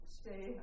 stay